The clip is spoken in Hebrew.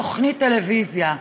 תוכנית טלוויזיה.